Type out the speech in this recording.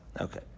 okay